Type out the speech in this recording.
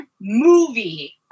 movie